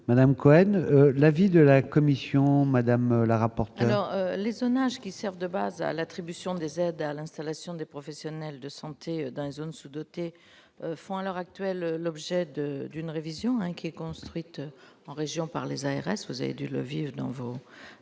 Madame Cohen, l'avis de la commission Madame la rapport. Alors les zonages qui Servent de base à l'attribution des aides à l'installation des professionnels de santé dans les zones sous- dotées font alors actuelle l'objet de d'une révision qui est construite en région par les ARS, vous avez dû le vivre dans vos